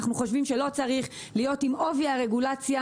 אנחנו חושבים שלא צריך להיות עם עובי הרגולציה